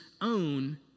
own